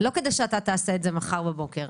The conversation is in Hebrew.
לא כדי שאתה תעשה את זה מחר בבוקר.